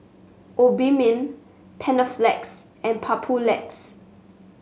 Obimin Panaflex and Papulex